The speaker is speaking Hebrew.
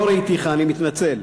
לא ראיתיך, אני מתנצל.